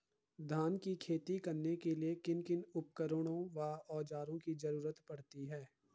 धान की खेती करने के लिए किन किन उपकरणों व औज़ारों की जरूरत पड़ती है?